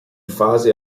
fase